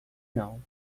não